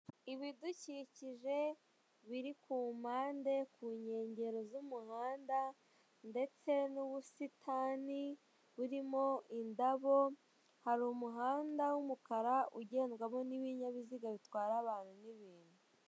Ibidukikije biri ku mpande ku nkengero z'umuhanda ndetse n'ubushitani burimo indabo hari umuhanda wumukara ugendwamo n'ibinyabiziga bitwara abantu n'ibintu.